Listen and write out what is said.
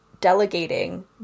delegating